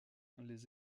les